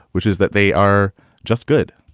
which is that they are just good,